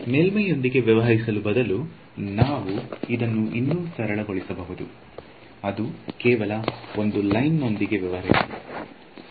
ಮೇಲ್ಮೈಯೊಂದಿಗೆ ವ್ಯವಹರಿಸುವ ಬದಲು ನಾವು ಇದನ್ನು ಇನ್ನೂ ಸರಳಗೊಳಿಸಬಹುದು ಅದು ಕೇವಲ ಒಂದು ಲೈನ್ ನೊಂದಿಗೆ ವ್ಯವಹರಿಸಿ